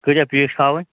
کۭتیاہ پیٖس چھِ تھاوٕنۍ